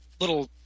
little